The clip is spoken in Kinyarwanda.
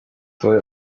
tuba